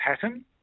pattern